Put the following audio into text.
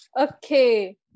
Okay